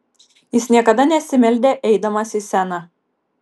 jis niekada nesimeldė eidamas į sceną